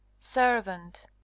Servant